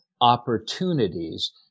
opportunities